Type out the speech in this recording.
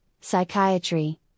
psychiatry